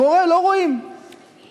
קורה, לא רואים, מי